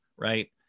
right